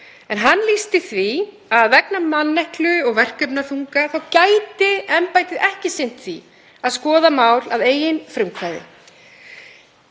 lýsti því að vegna manneklu og verkefnaþunga gæti embættið ekki sinnt því að skoða mál að eigin frumkvæði.